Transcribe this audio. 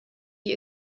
die